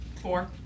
Four